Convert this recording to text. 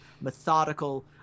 methodical